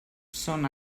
són